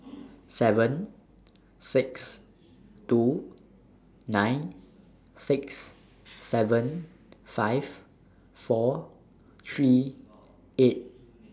seven six two nine six seven five four three eight